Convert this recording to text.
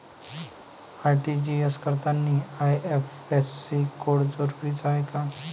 RTGS करतांनी IFSC code जरुरीचा हाय का?